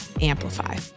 Amplify